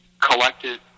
collected